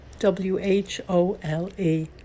W-H-O-L-E